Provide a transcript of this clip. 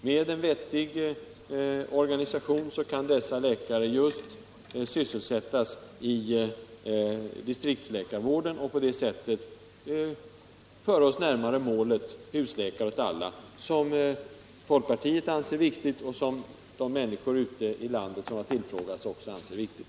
Med en vettig organisation kan dessa läkare sysselsättas just inom distriktsläkarvården och på så sätt föra oss närmare målet husläkare åt alla, som folkpartiet liksom de berörda människorna anser viktigt.